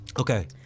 Okay